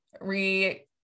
re